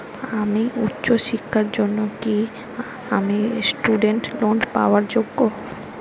আমার উচ্চ শিক্ষার জন্য কি আমি স্টুডেন্ট লোন পাওয়ার যোগ্য?